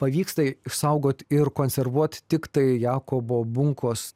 pavyksta išsaugot ir konservuot tiktai jakobo bunkos